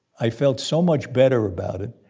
i felt so much better about it.